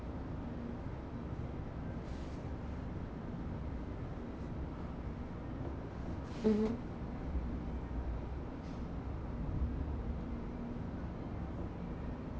mmhmm